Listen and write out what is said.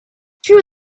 true